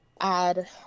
add